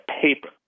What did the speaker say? paper